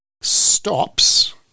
stops